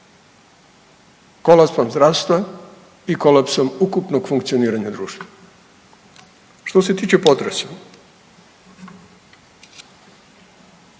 kolapsom zdravstva i kolapsom ukupnog funkcioniranja društva. Što se tiče potresa